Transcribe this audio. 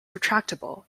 retractable